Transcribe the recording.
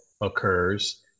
occurs